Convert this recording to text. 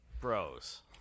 Bros